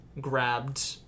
grabbed